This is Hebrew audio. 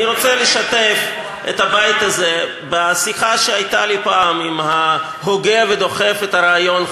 אני רוצה לשתף את הבית הזה בשיחה שהייתה לי פעם עם הוגה ודוחף הרעיון,